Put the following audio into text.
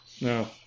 No